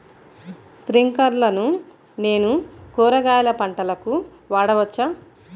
స్ప్రింక్లర్లను నేను కూరగాయల పంటలకు వాడవచ్చా?